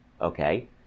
Okay